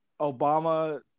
Obama